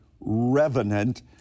Revenant